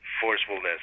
forcefulness